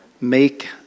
make